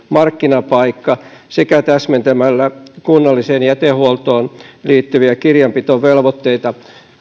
markkinapaikka sekä täsmentämällä kunnalliseen jätehuoltoon liittyviä kirjanpitovelvoitteita